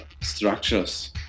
structures